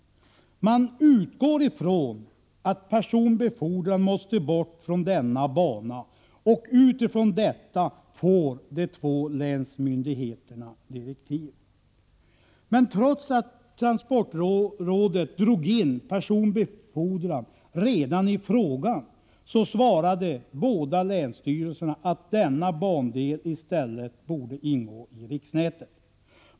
Man utgår ifrån att personbefordran måste bort från denna bana, och utifrån detta får de två länsmyndigheterna direktiv. Men trots att transportrådet drog in personbefordran redan i frågan så svarade båda länsstyrelserna att denna bandel i stället borde ingå i riksnätet.